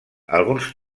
alguns